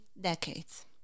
decades